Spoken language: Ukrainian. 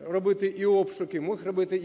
робити